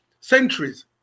centuries